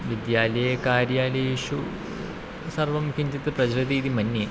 विद्यालये कार्यालयेषु सर्वं किञ्चित् प्रचलति इति मन्ये